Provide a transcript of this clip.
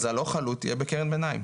אז הלא חלוט יהיה בקרן ביניים.